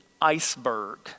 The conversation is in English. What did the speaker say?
iceberg